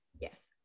yes